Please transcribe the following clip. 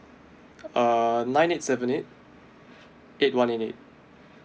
uh nine eight seven eight eight one eight eight